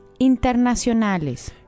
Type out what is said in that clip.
internacionales